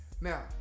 Now